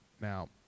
Now